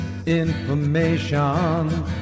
information